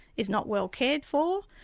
it's not well cared for,